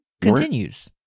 continues